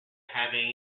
having